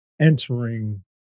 entering